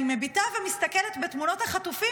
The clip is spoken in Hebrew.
אני מביטה ומסתכלת בתמונות החטופים